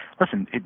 listen